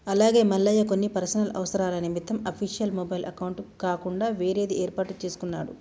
అలాగే మల్లయ్య కొన్ని పర్సనల్ అవసరాల నిమిత్తం అఫీషియల్ మొబైల్ అకౌంట్ కాకుండా వేరేది ఏర్పాటు చేసుకున్నాను